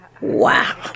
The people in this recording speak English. Wow